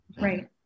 Right